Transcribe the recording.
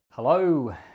Hello